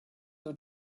you